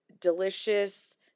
delicious